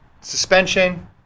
suspension